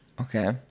Okay